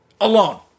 Alone